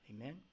Amen